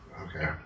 Okay